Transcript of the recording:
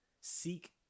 seek